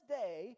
day